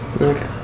Okay